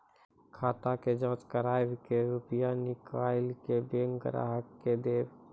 खाता के जाँच करेब के रुपिया निकैलक करऽ बैंक ग्राहक के देब?